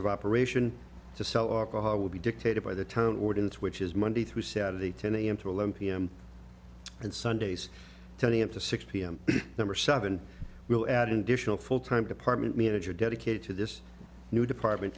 of operation to sell or will be dictated by the tone ordinance which is monday through saturday ten a m to eleven p m and sundays turning into six p m number seven will add an additional full time department manager dedicated to this new department